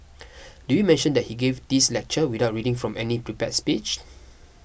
did we mention that he gave this lecture without reading from any prepared speech